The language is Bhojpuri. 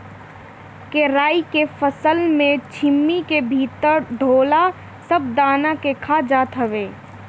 केराई के फसल में छीमी के भीतर ढोला सब दाना के खा जात हवे